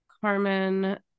Carmen